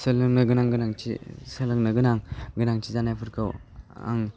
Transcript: सोलोंनो गोनां गोनांथि सोलोंनो गोनां गोनांथि जानायफोरखौ आं